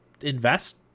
Invest